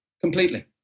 completely